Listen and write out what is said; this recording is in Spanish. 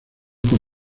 con